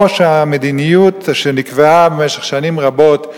או שהמדיניות שנקבעה במשך שנים רבות,